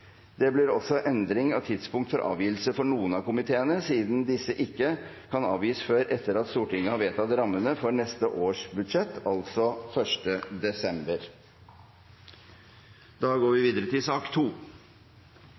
Det blir også endring av tidspunkt for avgivelse av innstillinger for noen av komiteene, siden disse ikke kan avgis før etter at Stortinget har vedtatt rammene for neste års budsjett, altså 1. desember.